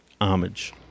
Homage